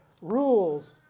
rules